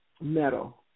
metal